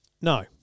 No